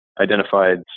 identified